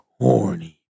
horny